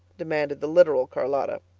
demanded the literal charlotta.